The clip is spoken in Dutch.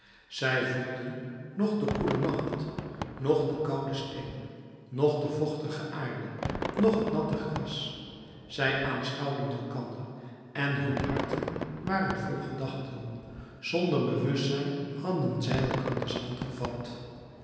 zij voelden noch den koelen nacht noch den kouden steen noch de vochtige aarde noch het natte gras zij aanschouwden elkander en hun harten waren vol gedachten zonder bewustzijn hadden zij elkanders hand gevat